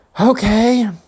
okay